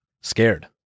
scared